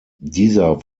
dieser